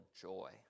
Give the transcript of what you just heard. joy